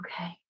Okay